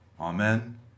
Amen